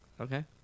Okay